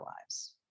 lives